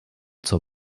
zur